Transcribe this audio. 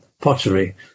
pottery